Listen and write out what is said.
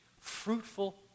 fruitful